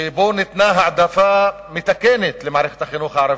שבה ניתנה העדפה מתקנת למערכת החינוך הערבית,